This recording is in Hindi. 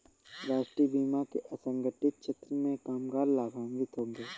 राष्ट्रीय बीमा से असंगठित क्षेत्र के कामगार लाभान्वित होंगे